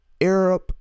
arab